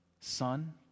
Son